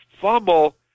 fumble